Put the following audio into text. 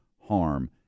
harm